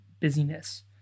busyness